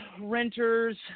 renters